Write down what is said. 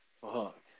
Fuck